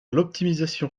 l’optimisation